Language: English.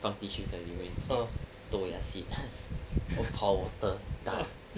放 tissue 在里面豆芽 seed pour water done